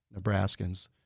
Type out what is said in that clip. Nebraskans